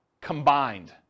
combined